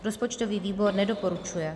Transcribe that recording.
Rozpočtový výbor nedoporučuje.